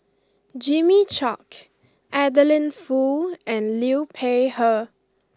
Jimmy Chok Adeline Foo and Liu Peihe